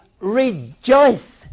rejoice